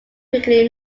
quickly